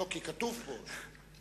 כי כתוב פה.